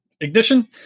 ignition